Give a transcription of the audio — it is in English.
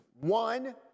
one